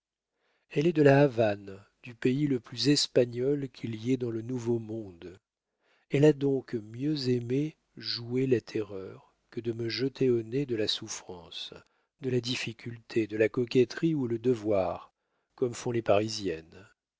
elle est de la havane du pays le plus espagnol qu'il y ait dans le nouveau monde elle a donc mieux aimé jouer la terreur que de me jeter au nez de la souffrance de la difficulté de la coquetterie ou le devoir comme font les parisiennes